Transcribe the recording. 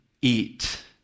eat